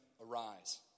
Arise